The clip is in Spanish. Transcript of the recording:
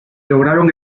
lograron